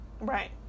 Right